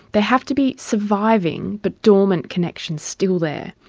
there have to be surviving but dormant connections still there,